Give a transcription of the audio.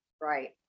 Right